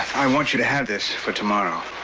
i want you to have this for tomorrow.